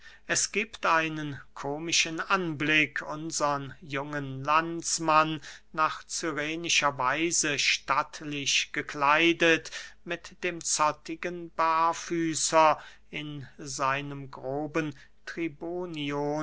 es giebt einen komischen anblick unsern jungen landsmann nach cyrenischer weise stattlich gekleidet mit dem zottigen barfüßer in seinem groben